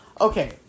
Okay